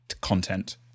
content